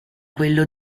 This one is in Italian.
quello